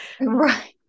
Right